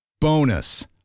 Bonus